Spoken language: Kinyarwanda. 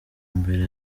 mbere